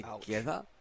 together